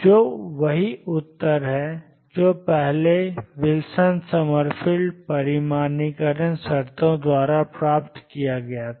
जो वही उत्तर है जो पहले विल्सन समरफील्ड परिमाणीकरण शर्तों द्वारा प्राप्त किया गया था